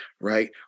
right